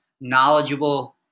knowledgeable